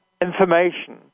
information